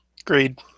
Agreed